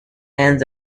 end